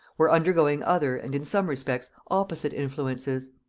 were undergoing other and in some respects opposite influences.